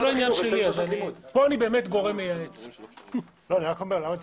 (היו"ר מיקי חיימוביץ', 15:33)